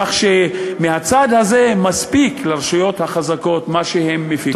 כך שמהצד הזה מספיק לרשויות החזקות מה שהן מפיקות,